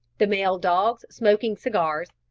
the male dogs smoking cigars,